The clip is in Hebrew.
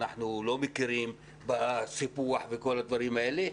אנחנו לא מכירים בסיפוח ובכל הדברים האלה,